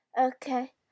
Okay